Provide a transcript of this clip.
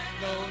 no